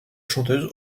chanteuse